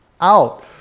out